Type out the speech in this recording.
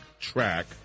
track